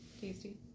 tasty